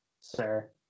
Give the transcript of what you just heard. sir